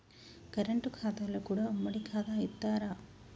Current ఖాతాలో కూడా ఉమ్మడి ఖాతా ఇత్తరా?